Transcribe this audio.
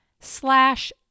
slash